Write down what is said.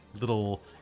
Little